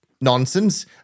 nonsense